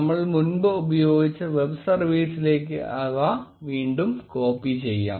നമ്മൾ മുമ്പ് ഉപയോഗിച്ച വെബ് സർവീസിലേക്ക് അത് വീണ്ടും കോപ്പി ചെയ്യാം